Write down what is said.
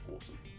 awesome